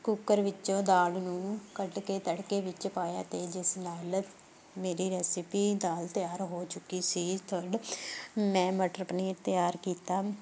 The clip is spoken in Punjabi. ਕੁੱਕਰ ਵਿੱਚੋਂ ਦਾਲ ਨੂੰ ਕੱਢ ਕੇ ਤੜਕੇ ਵਿੱਚ ਪਾਇਆ ਅਤੇ ਜਿਸ ਨਾਲ ਮੇਰੀ ਰੈਸਪੀ ਦਾਲ ਤਿਆਰ ਹੋ ਚੁੱਕੀ ਸੀ ਥਰਡ ਮੈਂ ਮਟਰ ਪਨੀਰ ਤਿਆਰ ਕੀਤਾ